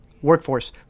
Workforce